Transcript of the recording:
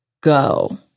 go